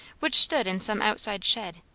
which stood in some outside shed,